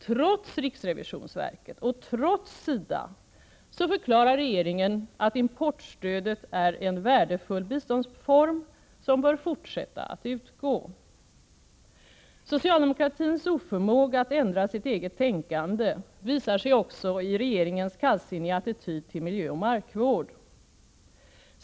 Trots RRV:s och SIDA:s uppfattningar förklarar regeringen att importstödet är en värdefull biståndsform och bör fortsätta att utgå. Socialdemokratins oförmåga att ändra sitt eget tänkande visar sig också i regeringens kallsinniga attityd till miljöoch markvård.